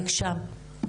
בבקשה.